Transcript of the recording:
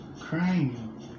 crying